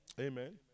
Amen